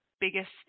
biggest